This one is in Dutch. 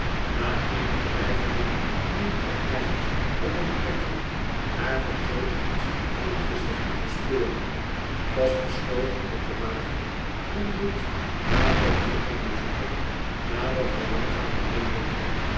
na eenige weifeling meent hij ergens op een plekje daarvan zoo iets van een gezicht te bespeuren vast besloten het te wagen om dit nader te onderzoeken nadert hij langzaam het bundeltje